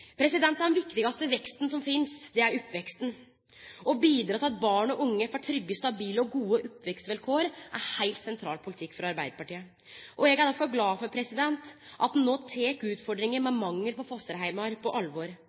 Den viktigaste veksten som finst, er oppveksten. Å bidra til at barn og unge får trygge, stabile og gode oppvekstvilkår, er heilt sentral politikk frå Arbeidarpartiet. Eg er derfor glad for at ein no tek utfordringa med mangel på fosterheimar på alvor.